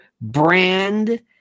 brand